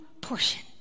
portion